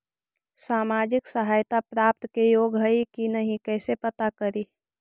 सामाजिक सहायता प्राप्त के योग्य हई कि नहीं कैसे पता करी?